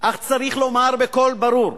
אך צריך לומר בקול ברור: